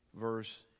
verse